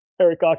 eric